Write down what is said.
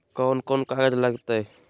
कौन कौन कागज लग तय?